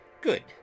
GOOD